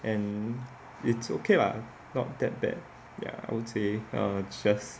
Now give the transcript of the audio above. and it's okay lah not that bad ya I would say err just